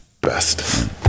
Best